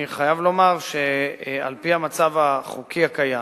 אני חייב לומר שעל-פי המצב החוקי הקיים,